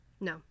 No